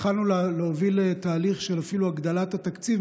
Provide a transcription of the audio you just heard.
התחלנו להוביל אפילו תהליך של הגדלת התקציב,